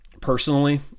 personally